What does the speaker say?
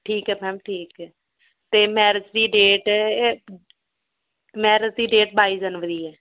ਠੀਕ ਹੈ ਮੈਮ ਠੀਕ ਹੈ ਅਤੇ ਮੈਰਿਜ ਦੀ ਡੇਟ ਮੈਰਿਜ ਦੀ ਡੇਟ ਬਾਈ ਜਨਵਰੀ ਹੈ